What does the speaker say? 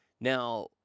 Now